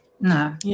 no